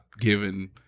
given